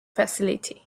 facility